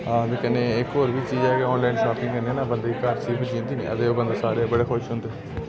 आं ते कन्नै इक होर बी चीज़ ऐ कि ऑनलाइन शॉपिंग कन्नै ना बंदे गी घर चीज़ मिली जंदी नी ते ओह् बंदे सारे बड़े खुश होंदे